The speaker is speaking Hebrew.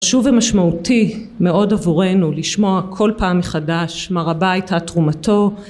חשוב ומשמעותי מאוד עבורנו לשמוע כל פעם מחדש מה רבה הייתה תרומתו